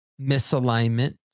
misalignment